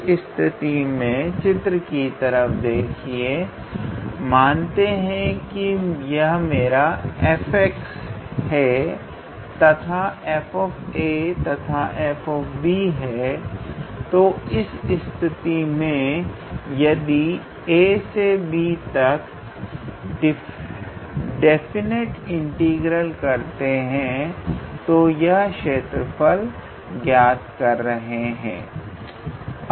इस स्थिति में चित्र की तरफ देखिए मानते हैं कि यह मेरा f है तथा xa तथा xb है तो इस स्थिति में यदि हम a से b तक डेफिनेट इंटीग्रल करते हैं तो हम क्षेत्रफल ज्ञात कर रहे हैं